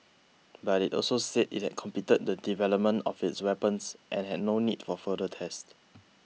but it also said it had completed the development of its weapons and had no need for further tests